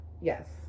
Yes